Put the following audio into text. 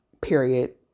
Period